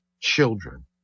children